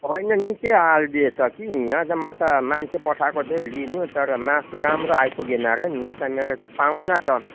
होइन निकै हालिदिएछ कि यहाँ त म मान्छे पठाएको थिएँ लिनु तर मासु राम्रो आइपुगेन र नि यहाँ त मेरो त पाहुना छ